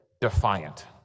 defiant